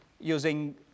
using